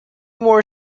more